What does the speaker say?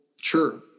Sure